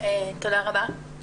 תודה רבה.